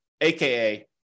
AKA